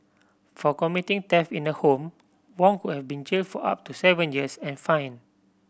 for committing theft in a home Wong could have been jailed for up to seven years and fined